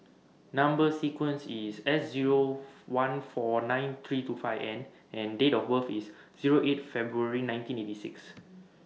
Number sequence IS S Zero one four nine three two five N and Date of birth IS Zero eight February nineteen eighty six